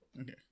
Okay